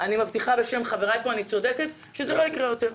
אני מבטיחה בשם חבריי פה שזה לא יקרה יותר.